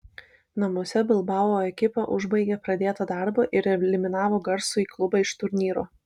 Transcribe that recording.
namuose bilbao ekipa užbaigė pradėtą darbą ir eliminavo garsųjį klubą iš turnyro